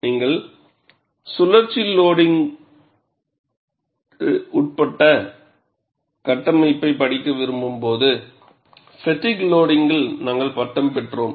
நீங்கள் சுழற்சி லோடுக்கு உட்பட்ட கட்டமைப்பைப் படிக்க விரும்பும் போது ஃப்பெட்டிக் லோடிங்கில் நாங்கள் பட்டம் பெற்றோம்